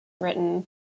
written